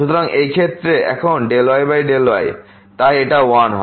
সুতরাং এই ক্ষেত্রে এখন yy তাই এটা 1 হয়